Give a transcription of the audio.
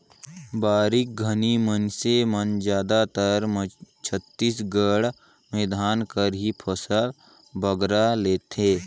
बरिखा घनी मइनसे मन जादातर छत्तीसगढ़ में धान कर ही फसिल बगरा लेथें